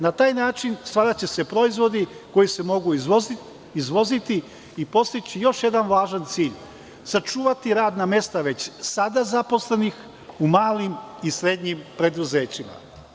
Na taj način stvaraće se proizvodi koji se mogu izvoziti i postići još jedan važan cilj, sačuvati radna mesta već sada zaposlenih u malim i srednjim preduzećima.